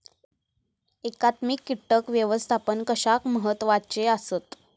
एकात्मिक कीटक व्यवस्थापन कशाक महत्वाचे आसत?